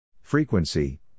Frequency